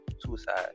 suicide